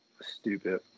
Stupid